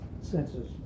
senses